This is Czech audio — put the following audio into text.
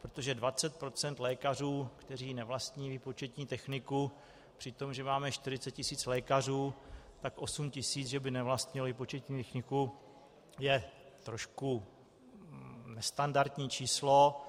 Protože 20 % lékařů, kteří nevlastní výpočetní techniku při tom, že máme 40 tisíc lékařů, tak 8 tisíc že by nevlastnilo výpočetní techniku, je trošku nestandardní číslo.